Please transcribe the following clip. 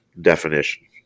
definition